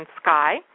sky